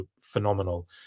phenomenal